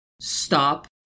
stop